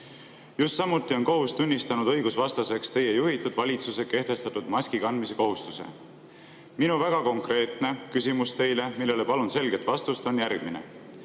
Samuti on kohus tunnistanud õigusvastaseks teie juhitud valitsuse kehtestatud maskikandmise kohustuse. Minu väga konkreetne küsimus teile, millele palun selget vastust, on järgmine.